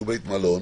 שהוא בית מלון,